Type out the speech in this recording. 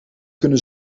kunnen